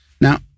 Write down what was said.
Now